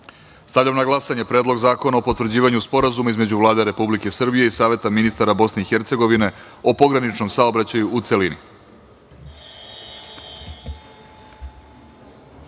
zakona. Stavljam na glasanje Predlog zakona o potvrđivanju Sporazuma između Vlade Republike Srbije i Saveta ministara Bosne i Hercegovine o pograničnom saobraćaju, u